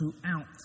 throughout